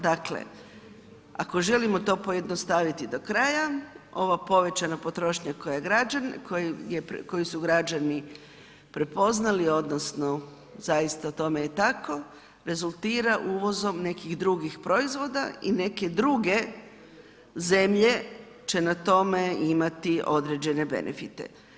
Dakle, ako želimo to pojednostaviti do kraja, ova povećana potrošnja koju su građani prepoznali odnosno zaista tome je tako, rezultira uvozom nekih drugih proizvoda i neke druge zemlje će na tome imati određene benefite.